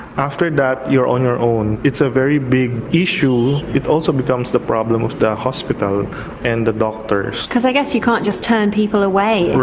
after that you're on your own. it's a very big issue. it also becomes the problem of the hospital and the doctors. because i guess you can't just turn people away?